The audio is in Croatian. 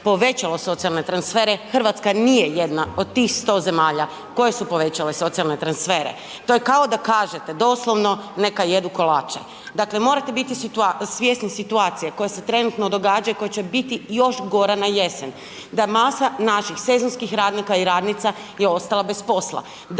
povećalo socijalne transfere, Hrvatska nije jedna od tih 100 zemalja koje su povećale socijalne transfere. To je kao da kažete doslovno neka jedu kolače. Dakle, morate biti svjesni situacije koja se trenutno događaju i koja će biti još gora na jesen, da masa naših sezonskih radnika i radnica je ostalo bez posla,